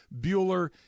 Bueller